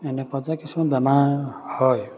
এনে পৰ্যায় কিছুমান বেমাৰ হয়